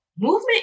Movement